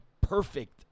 perfect